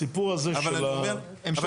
הסיפור הזה של --- אבל אני אומר,